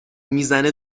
میزنه